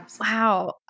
Wow